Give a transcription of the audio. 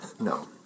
no